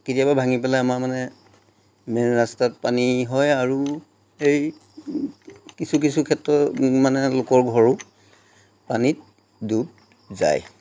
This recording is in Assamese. কেতিয়াবা ভাঙি পেলাই আমাৰ মানে মেইন ৰাস্তাত পানী হয় আৰু এই কিছু কিছু ক্ষেত্ৰত মানে লোকৰ ঘৰো পানীত ডুব যায়